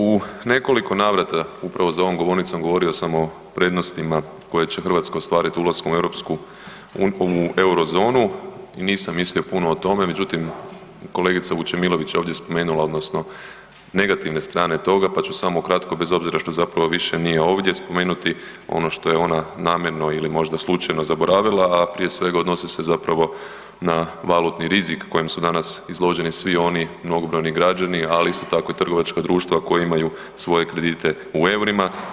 U nekoliko navrata upravo za ovom govornicom govorio sam o prednostima koje će Hrvatska ostvarit ulaskom u europsku, u Eurozonu i nisam mislio puno o tome, međutim kolegica Vučemilović je ovdje spomenula odnosno negativne strane toga, pa ću samo kratko bez obzira što zapravo više nije ovdje, spomenuti ono što je ona namjerno ili možda slučajno zaboravila, a prije svega odnosi se zapravo na valutni rizik kojem su danas izloženi svi oni mnogobrojni građani, ali isto tako i trgovačka društva koja imaju svoje kredite u EUR-ima.